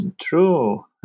true